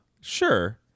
sure